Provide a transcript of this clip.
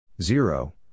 zero